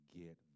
get